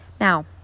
Now